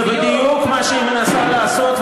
זה בדיוק מה שהיא מנסה לעשות,